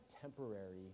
temporary